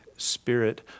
spirit